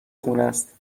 خونست